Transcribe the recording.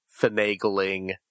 finagling